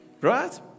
Right